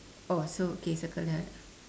oh so okay circle that